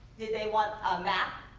did they want a map,